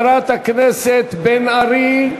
הכנסת, שרים,